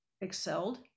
excelled